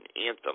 anthem